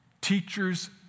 teachers